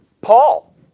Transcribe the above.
Paul